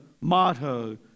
motto